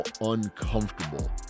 uncomfortable